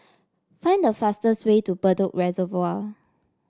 find the fastest way to Bedok Reservoir